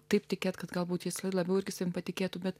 taip tikėti kad galbūt jis labiau irgi savim patikėtų bet